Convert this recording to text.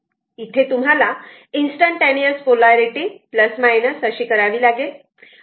तेव्हा इथे तुम्हाला इंस्टंटटेनिअस पोलारिटी करावी लागेल